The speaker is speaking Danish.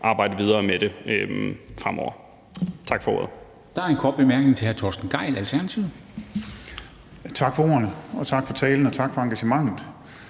arbejde videre med det fremover. Tak for ordet.